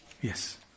Yes